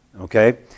okay